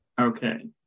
okay